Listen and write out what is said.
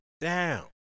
down